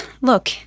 look